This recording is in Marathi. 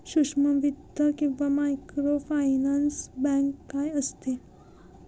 सूक्ष्म वित्त किंवा मायक्रोफायनान्स बँक काय असते?